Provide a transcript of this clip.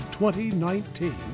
2019